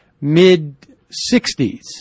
mid-60s